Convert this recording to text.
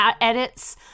edits